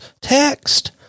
text